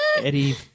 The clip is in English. Eddie